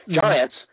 giants